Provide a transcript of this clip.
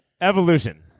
Evolution